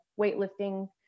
weightlifting